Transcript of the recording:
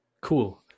cool